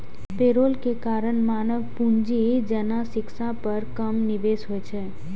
payroll के कारण मानव पूंजी जेना शिक्षा पर कम निवेश होइ छै